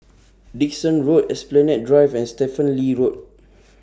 Dickson Road Esplanade Drive and Stephen Lee Road